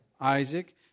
Isaac